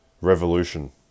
Revolution